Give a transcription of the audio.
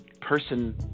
person